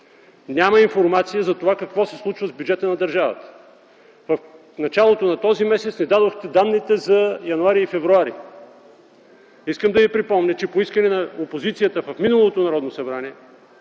няма информация какво се случва с бюджета на държавата. В началото на този месец ни дадохте данните за м. януари и февруари. Искам да Ви припомня, че по искане на опозицията в миналото Народно събрание